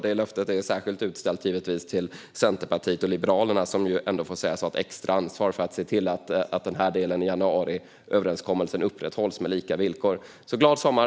Det löftet gäller särskilt Centerpartiet och Liberalerna, som ändå får sägas ha ett extra ansvar för att se till att den här delen av januariöverenskommelsen upprätthålls med lika villkor. Glad sommar!